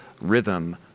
rhythm